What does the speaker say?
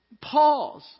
pause